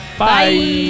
Bye